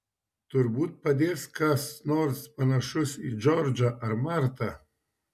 turbūt padės kas nors panašus į džordžą ar martą